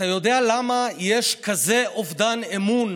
אתה יודע למה יש כזה אובדן אמון